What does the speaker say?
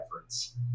efforts